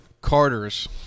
Carters